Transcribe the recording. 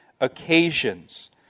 occasions